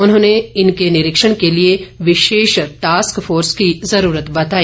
उन्होंने इनके निरीक्षण के लिए विशेष टास्क फोर्स की जरूरत बताई